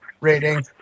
rating